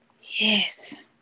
Yes